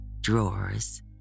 drawers